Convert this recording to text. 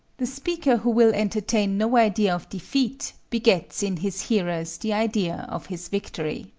the speaker who will entertain no idea of defeat begets in his hearers the idea of his victory.